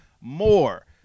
more